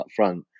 upfront